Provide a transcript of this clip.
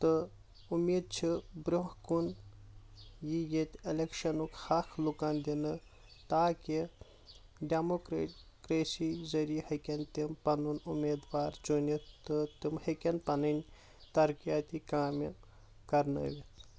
تہٕ وۄمید چھٕ برونہہ کنُ یِیِہ ییتہِ الیکشنُک حق لُکَن دِنہٕ تاکہِ ڈیموکریسی ذریعہِ ہیکن تم پنُن وۄمید وار چُنتھ تہٕ تم ہیکن پنِنۍ ترقیاتی کامہِ کرنٲوتھ